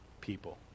people